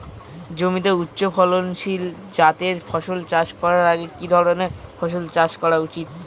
জমিতে উচ্চফলনশীল জাতের ফসল চাষ করার আগে কি ধরণের ফসল চাষ করা উচিৎ?